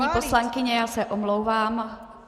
Paní poslankyně, já se omlouvám.